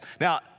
Now